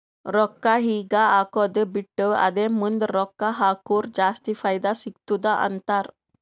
ರೊಕ್ಕಾ ಈಗ ಹಾಕ್ಕದು ಬಿಟ್ಟು ಅದೇ ಮುಂದ್ ರೊಕ್ಕಾ ಹಕುರ್ ಜಾಸ್ತಿ ಫೈದಾ ಸಿಗತ್ತುದ ಅಂತಾರ್